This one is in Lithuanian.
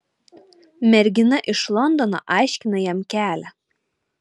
mergina iš londono aiškina jam kelią